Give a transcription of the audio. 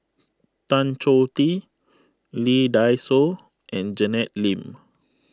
Tan Choh Tee Lee Dai Soh and Janet Lim